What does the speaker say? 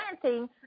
planting